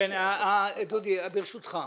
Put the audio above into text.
דודי, ברשותך.